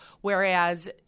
Whereas